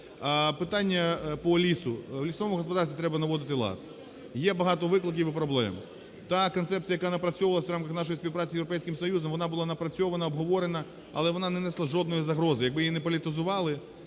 Питання по лісу. В лісовому господарстві треба наводити лад. Є багато викликів і проблем. Та концепція, яка напрацьовувалася в рамках нашої співпраці з Європейським Союзом, вона була напрацьована, обговорена, але вона не несла жодної загрози. Якби її не політизували,